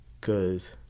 Cause